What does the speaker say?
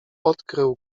odkrył